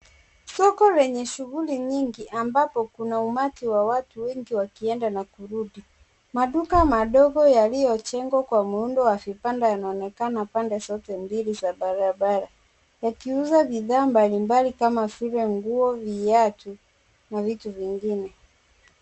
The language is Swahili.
Soko lenye shughuli nyingi ambapo kuna umati wa watu wengi wakienda na kurudi. Maduka madogo yaliyojengwa kwa muundo wa vibanda yanaonekana pande zote mbili za barabara . Yakiuza bidhaa mbalimbali kama vile nguo, viatu na vitu vingine.